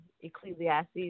Ecclesiastes